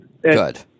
Good